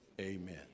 amen